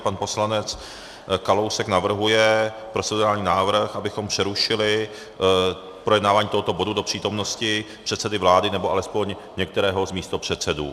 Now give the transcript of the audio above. Pan poslanec Kalousek navrhuje procedurální návrh, abychom přerušili projednávání tohoto bodu do přítomnosti předsedy vlády, nebo alespoň některého z místopředsedů.